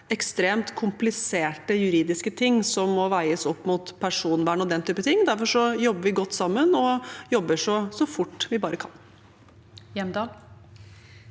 ekstremt komplisert juridisk og må veies opp mot personvern osv. Derfor jobber vi godt sammen og jobber så fort vi bare kan.